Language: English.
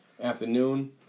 afternoon